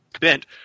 bent